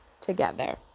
together